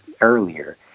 earlier